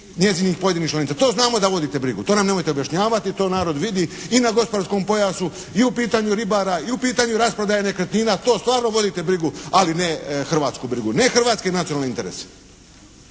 njezinih pojedinih članica. To znamo da vodite brigu, to nam nemojte objašnjavati, to narod vidi i na gospodarskom pojasu i u pitanju ribara, i u pitanju rasprodaje nekretnina, to stvarno vodite brigu ali ne hrvatsku brigu, ne hrvatske nacionalne interese.